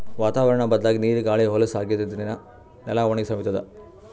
ವಾತಾವರ್ಣ್ ಬದ್ಲಾಗಿ ನೀರ್ ಗಾಳಿ ಹೊಲಸ್ ಆಗಾದ್ರಿನ್ದ ನೆಲ ಒಣಗಿ ಸವಿತದ್